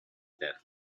death